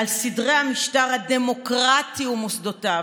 על סדרי המשטר הדמוקרטי ומוסדותיו.